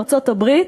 ארצות-הברית,